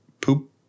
poop